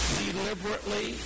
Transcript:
deliberately